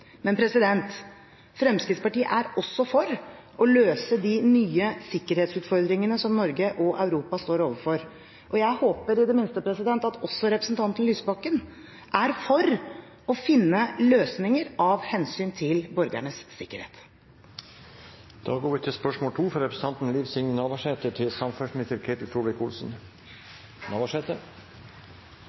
Men Fremskrittspartiet er også for å løse de nye sikkerhetsutfordringene som Norge og Europa står overfor. Jeg håper i det minste at også representanten Lysbakken er for å finne løsninger av hensyn til borgernes